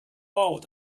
out